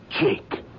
Jake